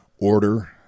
order